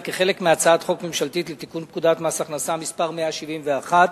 כחלק מהצעת חוק ממשלתית לתיקון פקודת מס הכנסה (מס' 171),